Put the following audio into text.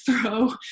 throw